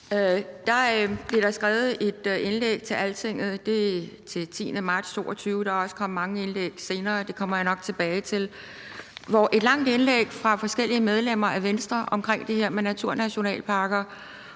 blev der skrevet et indlæg i Altinget den 10. marts 2022, og der er også kommet mange indlæg senere. Det kommer jeg nok tilbage til. Det var et langt indlæg fra forskellige medlemmer af Venstre om det her med naturnationalparker